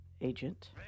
agent